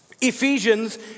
Ephesians